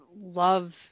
love